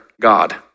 God